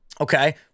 Okay